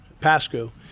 Pasco